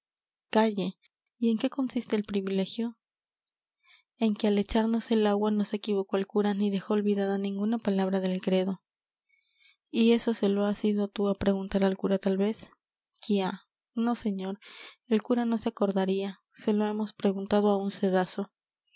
calle y en qué consiste el privilegio en que al echarnos el agua no se equivocó el cura ni dejó olvidada ninguna palabra del credo y eso se lo has ido tú á preguntar al cura tal vez quiá no señor el cura no se acordaría se lo hemos preguntado á un cedazo